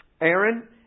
Aaron